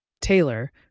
Taylor